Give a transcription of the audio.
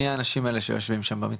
מי האנשים האלה שיושבים שם במתחם?